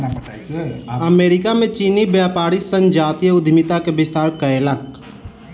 America में चीनी व्यापारी संजातीय उद्यमिता के विस्तार कयलक